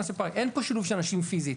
אין פה שילוב של אנשים פיזית.